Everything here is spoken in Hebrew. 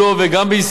ברוך השם,